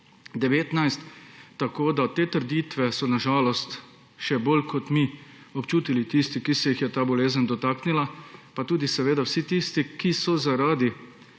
covida-19. Te trditve so na žalost še bolj kot mi občutili tisti, ki se jih je ta bolezen dotaknila, pa tudi vsi tisti, ki so bili